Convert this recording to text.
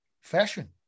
fashion